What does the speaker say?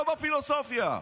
לא בפילוסופיה,